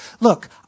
look